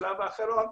בשלב האחרון,